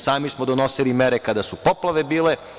Sami smo donosili mere kada su poplave bile.